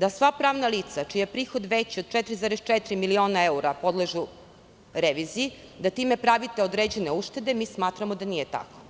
da sva pravna lica čiji je prihod veći od 4,4 miliona evra podležu reviziji, da time pravite određene uštede, mi smatramo da nije tako.